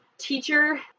Teacher